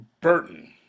Burton